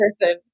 person